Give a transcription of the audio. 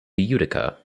utica